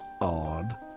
odd